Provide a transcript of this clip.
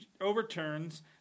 overturns